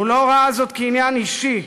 הוא לא ראה זאת כעניין אישי,